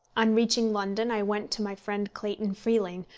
on reaching london i went to my friend clayton freeling,